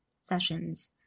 sessions